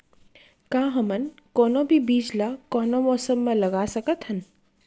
का हमन कोनो भी बीज ला कोनो मौसम म लगा सकथन?